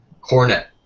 Cornet